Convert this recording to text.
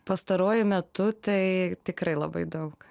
pastaruoju metu tai tikrai labai daug